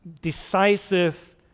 decisive